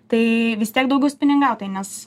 tai vis tiek daugiau spiningautojai nes